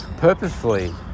purposefully